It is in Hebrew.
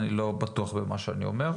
אני לא בטוח במה שאני אומר,